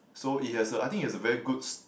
so it has a I think it has a very good